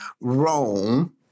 Rome